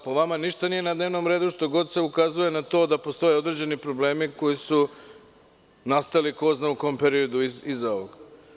Po vama ništa nije na dnevnom redu što god se ukazuje na to da postoje određeni problemi koji su nastali ko zna u kom periodu iza ovog.